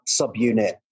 subunit